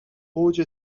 اوج